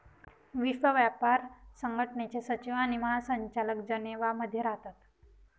विश्व व्यापार संघटनेचे सचिव आणि महासंचालक जनेवा मध्ये राहतात